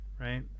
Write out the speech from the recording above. Right